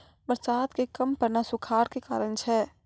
बरसात के कम पड़ना सूखाड़ के कारण छै